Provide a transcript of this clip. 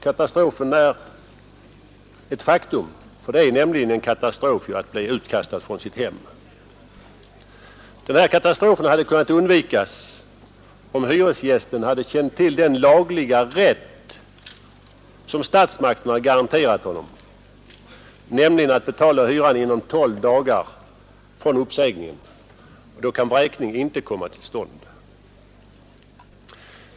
Katastrofen är ett faktum — det är nämligen en katastrof att bli utkastad från sitt hem. Den här katastrofen hade kunnat undvikas, om hyresgästen hade känt till den lagliga rätt som statsmakterna garanterat honom, nämligen rätten att betala hyran inom tolv dagar efter uppsägningen. Då kan vräkning inte komma till stånd.